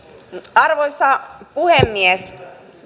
arvoisa puhemies